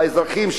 האזרחים,